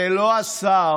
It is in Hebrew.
זה לא השר,